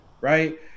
right